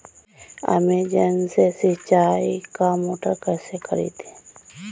Amazon से सिंचाई का मोटर कैसे खरीदें?